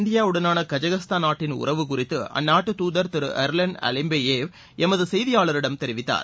இந்தியாவுடனான கஜகஸ்தான் நாட்டின் உறவு குறித்து அந்நாட்டு தூதர் திரு யெர்லன் அலிம்பையேவ் எமது செய்தியாளரிடம் தெரிவித்தார்